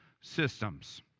systems